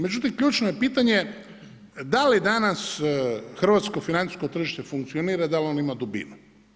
Međutim, ključno je pitanje da li danas hrvatsko financijsko tržište funkcionira, da li ono ima dubinu?